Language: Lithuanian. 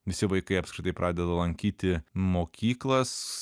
visi vaikai apskritai pradeda lankyti mokyklas